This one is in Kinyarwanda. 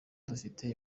dufite